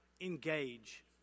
Engage